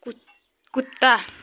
कुत कुत्ता